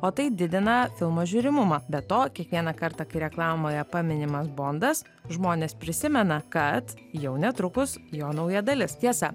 o tai didina filmo žiūrimumą be to kiekvieną kartą kai reklamoje paminimas bondas žmonės prisimena kad jau netrukus jo nauja dalis tiesa